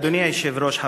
אדוני היושב-ראש,